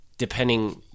depending